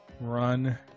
run